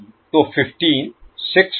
तो 15 6 ओम और 10 ohm resistance हैं